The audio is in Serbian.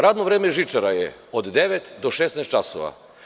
Radno vreme žičara je od devet do 16 časova.